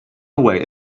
way